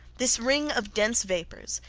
this ring of dense vapours,